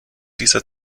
dieser